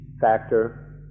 factor